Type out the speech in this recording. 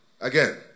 Again